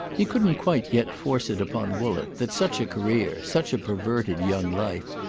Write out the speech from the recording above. he couldn't quite yet force it upon woollett that such a career, such a perverted young life,